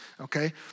okay